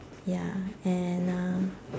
ya and uh